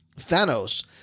thanos